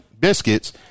Biscuits